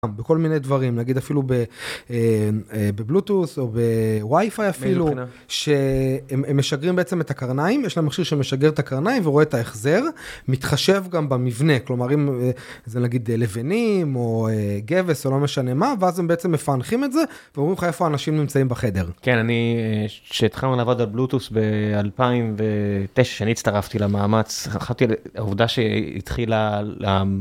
כל מיני דברים להגיד אפילו בבלוטות' או בווי-פיי אפילו. שהם משגרים בעצם את הקרניים יש להם מכשיר שמשגר את הקרניים ורואה את ההחזר, מתחשב גם במבנה כלומר אם זה נגיד לבנים או גבס או לא משנה מה ואז הם בעצם מפענחים את זה ואומרים לך איפה האנשים נמצאים בחדר. כן אני שהתחלנו לעבוד על בלוטות' ב-2009 שאני הצטרפתי למאמץ החלטתי עבודה שהתחילה.